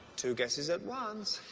two guesses at once,